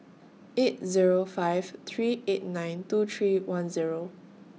eight Zero five three eight nine two three one Zero